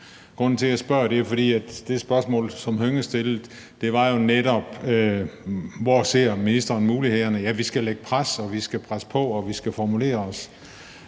Grunden til, at jeg spørger, er, at det spørgsmål, som Karsten Hønge stillede, jo netop var, hvor ministeren ser mulighederne. Ja, vi skal lægge pres, og vi skal presse på, og vi skal formulere os